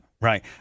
right